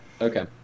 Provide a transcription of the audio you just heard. Okay